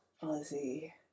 fuzzy